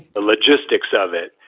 the logistics of it.